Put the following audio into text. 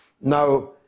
Now